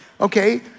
okay